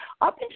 Up